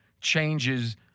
changes